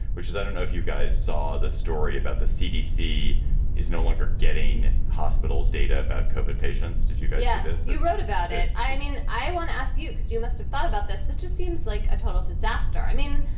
which is i don't know if you guys saw the story about the cdc is no longer getting hospitals data about covered patients. did you get yeah this? you wrote about it. i mean, i want to ask you, because you must have thought about this. this just seems like a total disaster. i mean,